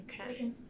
Okay